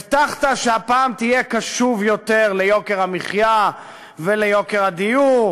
הבטחת שהפעם תהיה קשוב יותר לענייני יוקר המחיה ויוקר הדיור,